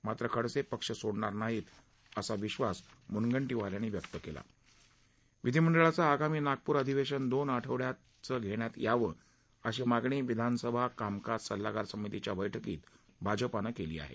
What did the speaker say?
मात्र खडसे पक्ष सोडणार नाही असा मुनगंटीवार यांनी व्यक्त केला विधीमंडळाचं आगामी नागपूर अधिवेशन दोन आठवड्याचं घेण्यात यावं अशी मागणी विधानसभा कामकाज सल्लागार समितीच्या बैठकीत भाजपानं केली आहे